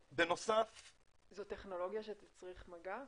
זו טכנולוגיה שתצריך מגע?